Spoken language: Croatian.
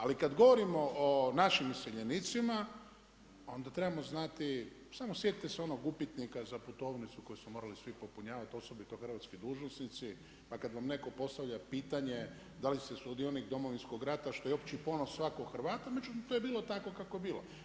Ali kada govorimo o našim iseljenicima, onda trebamo znati, samo sjetite se onog upitnika za putovnicu koji smo morali svi popunjavati, osobito hrvatski dužnosnici, pa kad vam netko postavlja pitanje da li ste sudionik Domovinskog rata, što je opći ponos svakog Hrvata, međutim to je bilo tako kako je bilo.